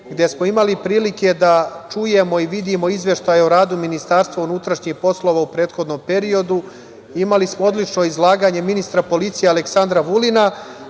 gde smo imali prilike da čujemo i vidimo Izveštaj o radu MUP-a u prethodnom periodu. Imali smo odlično izlaganje ministra policija Aleksandra Vulina.